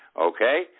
okay